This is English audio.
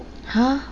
!huh!